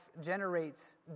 generates